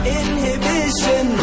inhibition